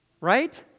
right